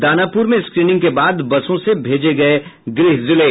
दानापुर में स्क्रीनिंग के बाद बसों से भेजे गये गृह जिले